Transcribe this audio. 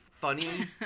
funny